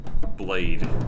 blade